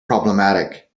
problematic